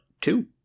two